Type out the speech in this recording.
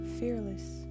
Fearless